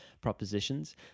propositions